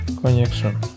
connection